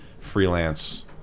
freelance